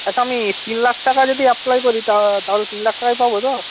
আচ্ছা আমি তিন লাখ টাকা্র যদি অ্যাপ্লাই করি তাহলে তিন লাখ টাকাই পাব তো